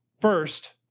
First